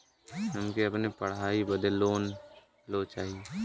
हमके अपने पढ़ाई बदे लोन लो चाही?